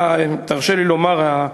תרשה לי לומר,